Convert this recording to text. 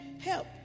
help